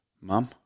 mum